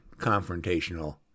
confrontational